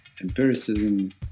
empiricism